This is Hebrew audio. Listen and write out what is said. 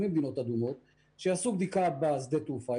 ממדינות אדומות; שיעשו בדיקה בשדה התעופה,